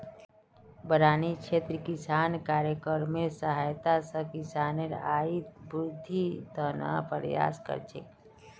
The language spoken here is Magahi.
बारानी क्षेत्र विकास कार्यक्रमेर सहायता स किसानेर आइत वृद्धिर त न प्रयास कर छेक